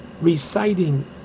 reciting